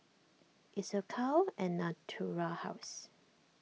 Isocal and Natura House